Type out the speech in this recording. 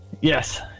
Yes